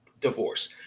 divorce